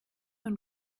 und